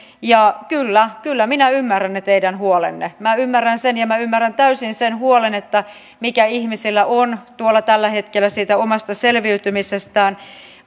ja kyllä kyllä minä ymmärrän ne teidän huolenne minä ymmärrän ne ja minä ymmärrän täysin sen huolen mikä ihmisillä on tällä hetkellä siitä omasta selviytymisestään